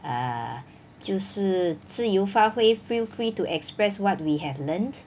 err 就是自由发挥 feel free to express what we have learnt